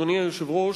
אדוני היושב-ראש,